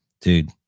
dude